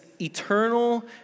eternal